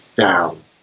down